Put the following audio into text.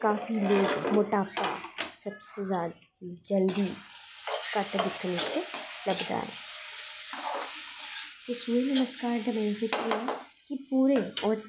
काफी मोटापा सबसे जादा जल्दी घट्ट दिक्खने च लभदा ऐ ते सूर्य नमस्कार दे कन्नै केह् ऐ कि पूरे